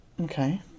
Okay